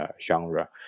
genre